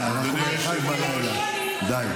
האיזוק האלקטרוני יעזור לי --- די.